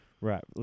Right